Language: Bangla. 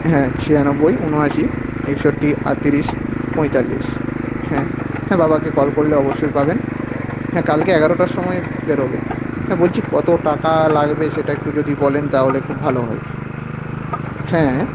হ্যাঁ ছিয়ানব্বই উনআশি একষট্টি আটতিরিশ পঁয়তাল্লিশ হ্যাঁ হ্যাঁ বাবাকে কল করলে অবশ্যই পাবেন হ্যাঁ কালকে এগারোটার সময় বেরোবে হ্যাঁ বলছি কত টাকা লাগবে সেটা একটু যদি বলেন তাহলে খুব ভালো হয় হ্যাঁ